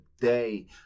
day